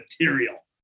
material